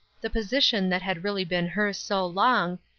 the position that had really been hers so long,